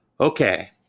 Okay